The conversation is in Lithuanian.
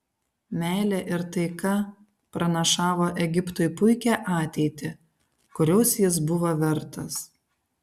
meilė ir taika pranašavo egiptui puikią ateitį kurios jis buvo vertas